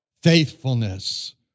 Faithfulness